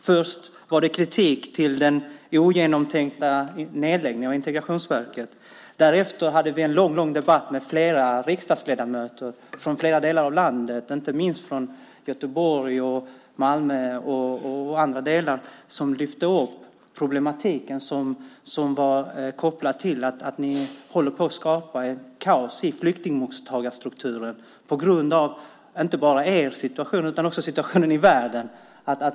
Först var det kritik mot den ogenomtänkta nedläggningen av Integrationsverket. Därefter hade vi en lång debatt med flera riksdagsledamöter från flera delar av landet, inte minst från Göteborg och Malmö, som lyfte upp den problematik som var kopplad till att ni håller på att skapa ett kaos i flyktingmottagarstrukturen på grund av inte bara er situation utan också situationen i världen.